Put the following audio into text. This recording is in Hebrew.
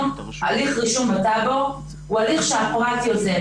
הליך רישום בטאבו הוא הליך שהפרט יוזם.